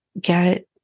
get